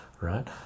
right